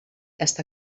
està